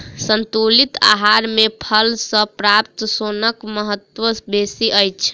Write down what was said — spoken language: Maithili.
संतुलित आहार मे फल सॅ प्राप्त सोनक महत्व बेसी अछि